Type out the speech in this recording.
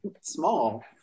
small